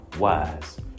Wise